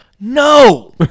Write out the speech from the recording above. No